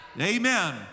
Amen